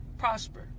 Prosper